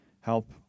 help